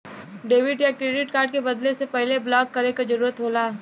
debit या credit card के बदले से पहले ब्लॉक करे क जरुरत होला